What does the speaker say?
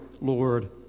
Lord